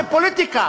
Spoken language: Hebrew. זה פוליטיקה.